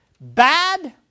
bad